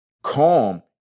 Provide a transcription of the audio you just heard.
Calm